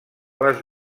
les